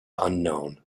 unknown